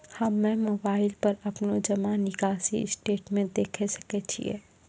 हम्मय मोबाइल पर अपनो जमा निकासी स्टेटमेंट देखय सकय छियै?